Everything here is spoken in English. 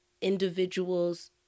individuals